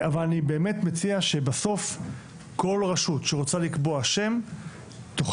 אבל אני באמת מציע שבסוף כל רשות שרוצה לקבוע שם תוכל